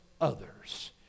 others